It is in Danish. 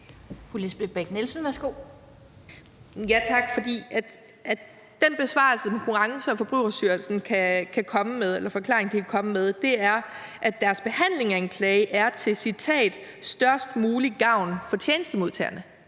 Tak. For den forklaring, som Konkurrence- og Forbrugerstyrelsen kan komme med, er, at deres behandling af en klage er – citat – til størst mulig gavn for tjenestemodtagerne.